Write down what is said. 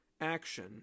action